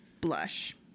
blush